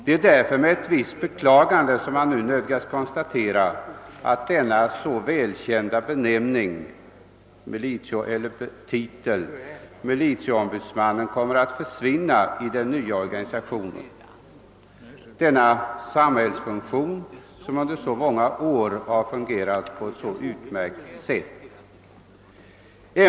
Det är därför med ett visst beklagande man nu nödgas konstatera att den så välkända titeln, militieombudsmannen, kommer att försvinna i den nya organisationen denna institution som under många år fungerat på ett så utmärkt sätt.